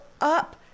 up